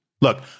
look